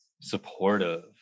supportive